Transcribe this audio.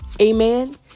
Amen